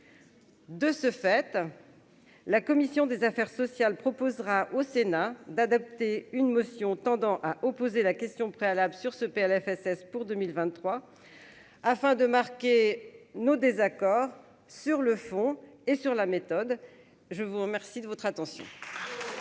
De ce fait, la commission des affaires sociales proposera au Sénat d'adopter une motion tendant à opposer la question préalable sur ce Plfss pour 2023 afin de marquer nos désaccords sur le fond et sur la méthode, je vous remercie de votre attention.